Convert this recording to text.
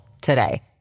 today